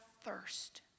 thirst